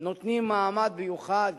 נותנים מעמד מיוחד